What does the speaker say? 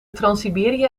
transsiberië